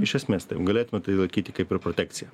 iš esmės taip galėtume tai laikyti kaip ir protekcija